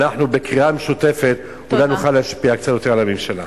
אנחנו בקריאה משותפת אולי נוכל להשפיע קצת יותר על הממשלה.